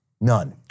none